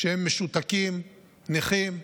כשהם משותקים, נכים,